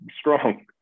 strong